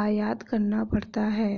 आयात करना पड़ता है